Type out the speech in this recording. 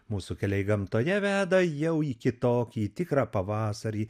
mūsų keliai gamtoje veda jau į kitokį tikrą pavasarį